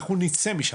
אנחנו נצא משם,